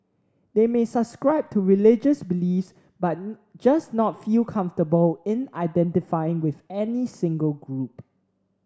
they may subscribe to religious beliefs but just not feel comfortable in identifying with any single group